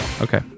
Okay